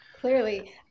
Clearly